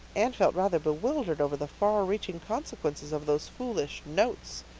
anne felt rather bewildered over the far-reaching consequences of those foolish notes.